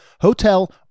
hotel